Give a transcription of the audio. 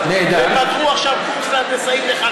לא, אתה לא מתאים לאווירה, אתה לא מתאים לסביבה.